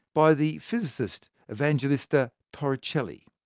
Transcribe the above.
by the physicist, evangelista torricelli.